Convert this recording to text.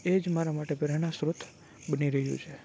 એ જ મારા માટે પ્રેરણા સ્ત્રોત બની રહ્યું છે